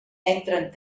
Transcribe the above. entren